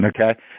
Okay